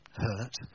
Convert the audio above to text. hurt